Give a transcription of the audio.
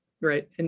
right